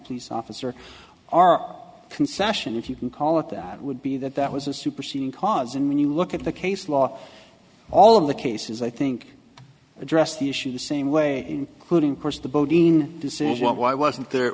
police officer are concession if you can call it that would be that that was a superseding cause and when you look at the case law all of the cases i think address the issue the same way including course the bodine decision why wasn't there